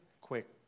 Quick